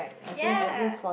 ya